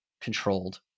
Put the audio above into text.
controlled